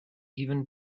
even